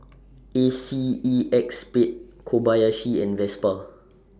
A C E X Spade Kobayashi and Vespa